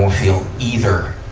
won't feel either,